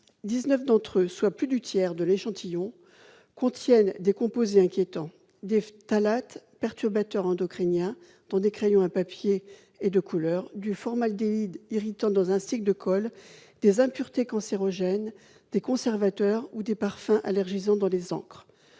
dix-neuf, soit plus du tiers de l'échantillon, contiennent des composés inquiétants : des phtalates perturbateurs endocriniens dans des crayons à papier et de couleur, du formaldéhyde irritant dans un stick de colle, des impuretés cancérogènes, des conservateurs ou des parfums allergisants dans des encres.